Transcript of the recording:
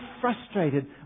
frustrated